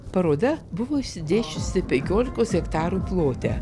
paroda buvo išsidėsčiusi penkiolikos hektarų plote